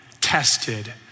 tested